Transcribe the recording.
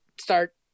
start